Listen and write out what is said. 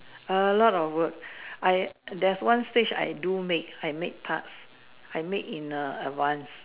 a lot of work I there's one stage I so make I make tarts I make in a advance